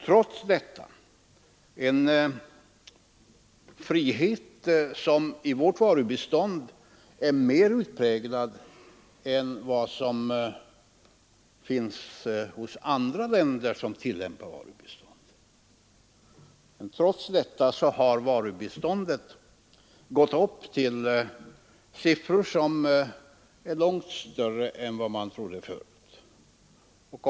Trots denna frihet, som beträffande vårt varubistånd är mer utpräglad än i fråga om andra länders varubistånd, har varubiståndet ökat till siffror som är långt större än man från början trodde.